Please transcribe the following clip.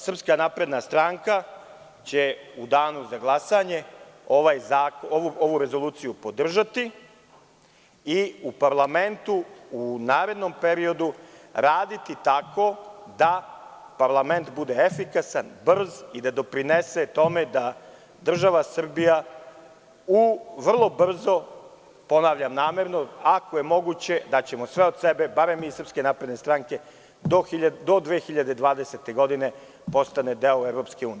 Srpska napredna stranka će u Danu za glasanje ovu rezoluciju podržati i u parlamentu u narednom periodu raditi tako da parlament bude efikasan, brz i da doprinese tome da država Srbija vrlo brzo, ako je moguće, daćemo sve od sebe, barem mi iz SNS, do 2020. godine postane deo EU.